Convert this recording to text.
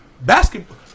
basketball